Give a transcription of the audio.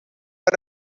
per